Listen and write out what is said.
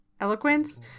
eloquence